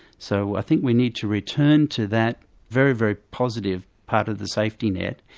so i think we need to return to that very, very positive part of the safety net,